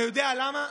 אתה יודע למה?